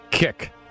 Kick